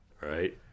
Right